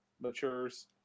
matures